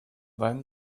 then